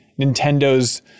Nintendo's